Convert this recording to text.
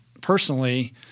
personally